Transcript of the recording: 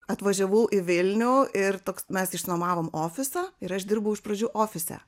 atvažiavau į vilnių ir toks mes išsinuomavom ofisą ir aš dirbau iš pradžių ofise